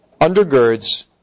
undergirds